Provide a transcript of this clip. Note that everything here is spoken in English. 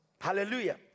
Hallelujah